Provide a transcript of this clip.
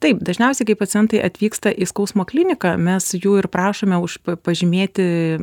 taip dažniausiai kai pacientai atvyksta į skausmo kliniką mes jų ir prašome už pažymėti